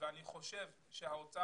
ואני חושב שהאוצר